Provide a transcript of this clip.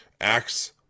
Acts